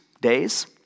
Days